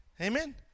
Amen